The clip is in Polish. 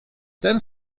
ten